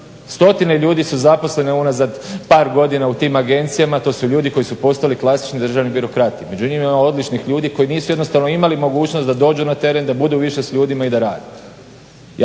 Stotine ljudi su zaposlene unazad par godina u tim agencijama. To su ljudi koji su postali klasični državi birokrati. Međutim ima odličnih ljudi koji nisu jednostavno imali mogućnost da dođu na teren, da budu više s ljudima i da rade.